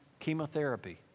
chemotherapy